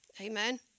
Amen